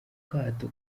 kato